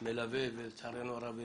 עדין מהדהדים ומלווים את כולנו לצערנו הרב.